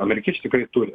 amerikiečiai tikrai turi